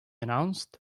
announced